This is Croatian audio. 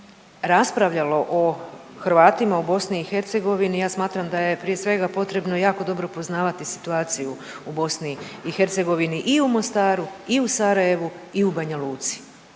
se raspravljalo o Hrvatima u BiH ja smatram da je prije svega potrebno jako dobro poznavati situaciju u BiH i u Mostaru i u Sarajevu i u Banja Luci